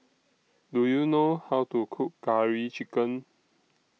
Do YOU know How to Cook Curry Chicken